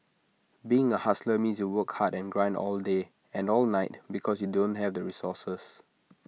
being A hustler means you work hard and grind all day and all night because you don't have resources